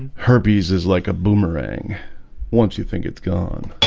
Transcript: herpes is like a boomerang once you think it's gone